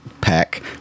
pack